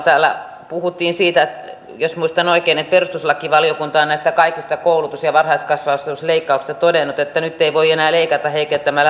täällä puhuttiin siitä jos muistan oikein että perustuslakivaliokunta on näistä kaikista koulutus ja varhaiskasvatusleikkauksista todennut että nyt ei voi enää leikata heikentämällä laatua